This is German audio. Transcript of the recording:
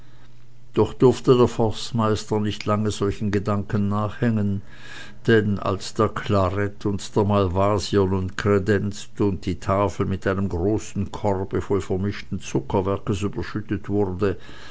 doch durfte der forstmeister nicht lange solchen gedanken nachhängen denn als der klaret und der malvasier nun kredenzt und die tafel mit einem großen korbe voll vermischten zuckerwerkes überschüttet wurde